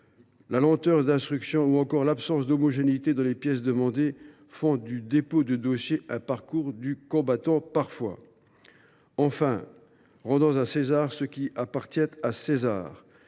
la lenteur d’instruction, ou encore l’absence d’homogénéité dans les pièces demandées font parfois du dépôt de dossier un parcours du combattant. Enfin, rendons à César ce qui appartient à César.